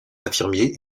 infirmiers